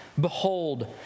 Behold